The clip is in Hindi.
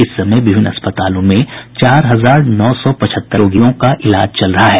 इस समय विभिन्न अस्पतालों में चार हजार नौ पचहत्तर रोगियों का इलाज चल रहा है